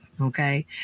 okay